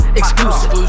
exclusive